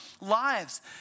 lives